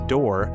Door